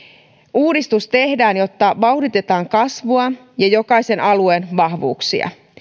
uudistus tehdään jotta vauhditetaan kasvua ja tuetaan jokaisen alueen vahvuuksia